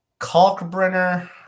Kalkbrenner